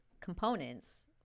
components